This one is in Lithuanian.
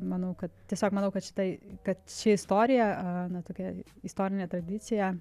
manau kad tiesiog manau kad šitai kad ši istorija a na tokia istorinė tradicija